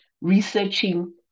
researching